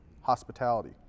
hospitality